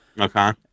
Okay